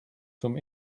zum